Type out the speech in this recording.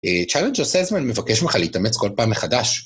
צ'אלנג'ר סייל'סמן מבקש ממך להתאמץ כל פעם מחדש.